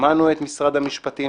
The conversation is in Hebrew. שמענו את משרד המשפטים,